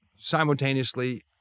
Simultaneously